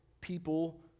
people